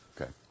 Okay